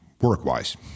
work-wise